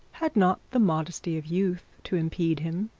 had not the modesty of youth to impede him,